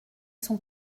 son